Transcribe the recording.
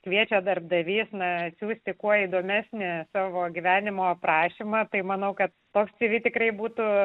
kviečia darbdavės na atsiųsti kuo įdomesnę savo gyvenimo aprašymą tai manau kad pasyvi tikrai būtų